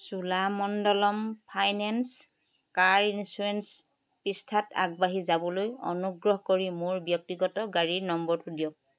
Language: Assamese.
চোলামণ্ডলম ফাইনেন্স কাৰ ইঞ্চুৰেঞ্চ পৃষ্ঠাত আগবাঢ়ি যাবলৈ অনুগ্ৰহ কৰি মোৰ ব্যক্তিগত গাড়ীৰ নম্বৰটো দিয়ক